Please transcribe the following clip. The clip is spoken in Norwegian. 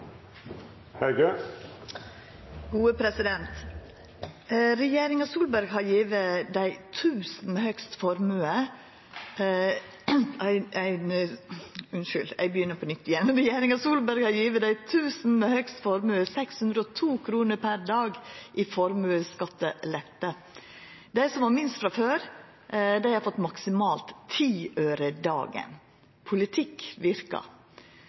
Regjeringa Solberg har gjeve dei tusen med høgst formue 602 kr per dag i formuesskattelette. Dei som har minst frå før, har fått maksimalt 10 øre dagen. Politikk verkar. Er representanten Grøvan einig i at dette aukar skilnadene? Denne regjeringen har ført en skattepolitikk som har